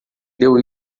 deu